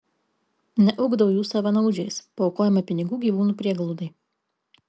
neugdau jų savanaudžiais paaukojame pinigų gyvūnų prieglaudai